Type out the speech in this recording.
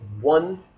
one